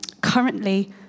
currently